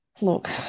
look